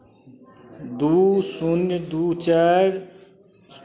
दू शून्य दू चारि